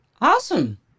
Awesome